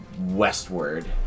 westward